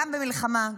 גם במלחמה,